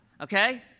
Okay